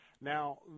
Now